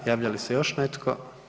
Javlja li se još netko?